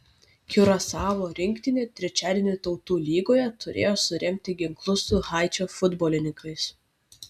kiurasao rinktinė trečiadienį tautų lygoje turėjo suremti ginklus su haičio futbolininkais